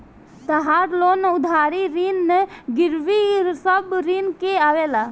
तहार लोन उधारी ऋण गिरवी सब ऋण में आवेला